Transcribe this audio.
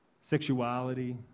Sexuality